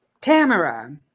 Tamara